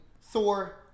Thor